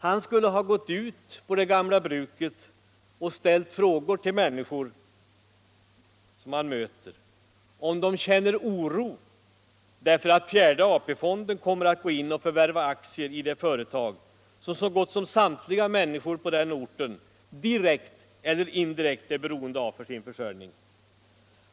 Han skulle ha gått ut på det gamla bruket och ställt frågor till människor som han mötte om de kände oro därför att fjärde AP-fonden kommer att gå in och förvärva aktier i det företag som så gott som samtliga människor på den orten direkt eller indirekt är beroende av för sin försörjning.